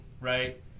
right